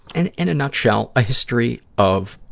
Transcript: and, in a nutshell, a history of,